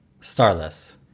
Starless